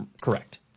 Correct